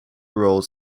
roles